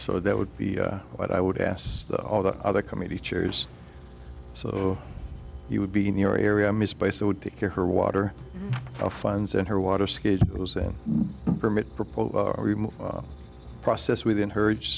so that would be what i would asked all the other committee chairs so you would be in your area misplaced i would take care her water of funds and her water skid permit proposal process within her each